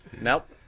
Nope